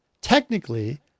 Technically